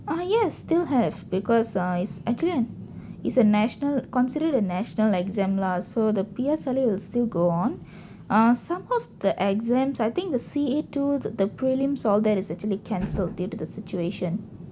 uh yes still have because ah it's actually it's a national considered a national exam lah so the P_S_L_E will still go on ah some of the exams I think the C_A two th~ the prelims all that is actually cancelled due to the situation